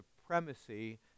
supremacy